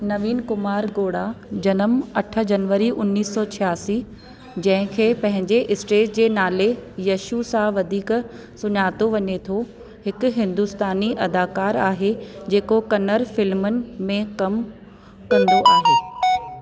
नवीन कुमार गौड़ा जनम अठ जनवरी उणिवीह सौ अठासी जंहिंखे पंहिंजे स्टेज जे नाले यशु सां वधीक सुञातो वञे थो हिकु हिंदुस्तानी अदाकारु आहे जेको कन्नड़ फ़िल्मुनि में कमु कंदो आहे